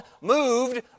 moved